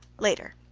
later.